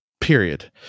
period